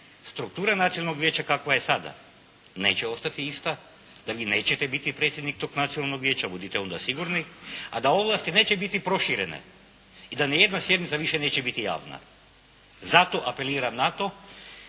strukture Nacionalnog vijeća kakva je sada, neće ostati ista, da vi nećete biti predsjednik tog Nacionalnog vijeća. Budite onda sigurni. A da ovlasti neće biti proširene i da nijedna sjednica više neće biti javna. Zato apeliram na